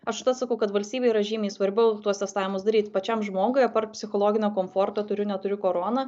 aš tą sakau kad valstybei yra žymiai svarbiau tuos testavimus daryt pačiam žmogui apart psichologinio komforto turiu neturi koroną